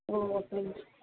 ஓ அப்டி